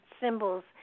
symbols